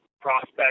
prospect